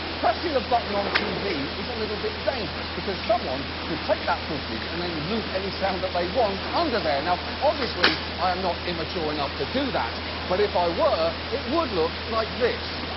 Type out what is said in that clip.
pressing a button on tv is a little bit dangerous because someone could take that footage and then loop any sound that they want under there. now, obviously i'm not immature enough to do that but if i were it would look like this.